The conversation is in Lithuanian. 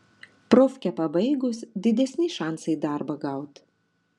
profkę pabaigus didesni šansai darbą gaut